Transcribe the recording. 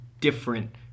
different